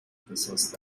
اختصاص